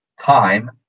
time